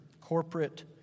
corporate